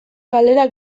galera